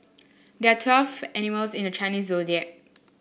there are twelve animals in the Chinese Zodiac